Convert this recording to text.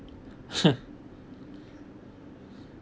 !huh!